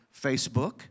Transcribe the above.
Facebook